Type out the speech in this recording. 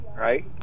right